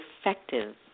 effective